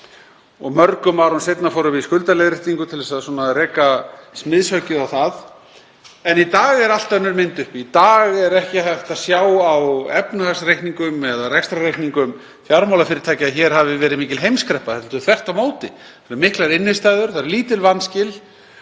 Mörgum árum seinna fórum við í skuldaleiðréttingu til að reka smiðshöggið á það. En í dag er allt önnur mynd uppi. Í dag er ekki hægt að sjá á efnahagsreikningum eða rekstrarreikningum fjármálafyrirtækja að hér hafi verið mikil heimskreppa. Þvert á móti eru miklar innstæður, það eru lítil vanskil